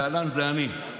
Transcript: להלן: זה אני,